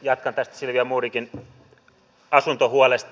jatkan tästä silvia modigin asuntohuolesta